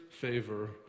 favor